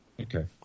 Okay